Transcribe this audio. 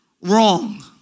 wrong